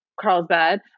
Carlsbad